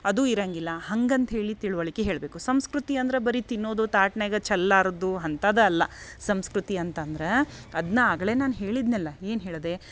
ಅದು ಇರಂಗಿಲ್ಲ ಹಾಗಂತ್ಹೇಳಿ ತಿಳುವಳಿಕೆ ಹೇಳಬೇಕು ಸಂಸ್ಕೃತಿ ಅಂದ್ರ ಬರಿ ತಿನ್ನೋದು ತಾಟ್ನ್ಯಗ ಚಲ್ಲಾರದ್ದು ಅಂತದ ಅಲ್ಲ ಸಂಸ್ಕೃತಿ ಅಂತಂದ್ರ ಅದ್ನ ಅಗ್ಳೆ ನಾನು ಹೇಳಿದ್ನಲ್ಲ ಏನು ಹೇಳ್ದೆ